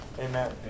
Amen